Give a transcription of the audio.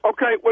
Okay